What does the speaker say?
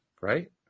Right